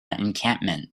encampment